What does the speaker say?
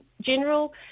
general